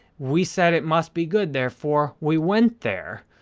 we said it must be good, therefore we went there.